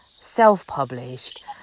self-published